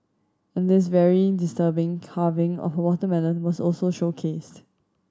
and this very disturbing carving of a watermelon was also showcased